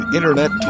Internet